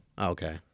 Okay